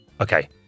Okay